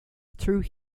through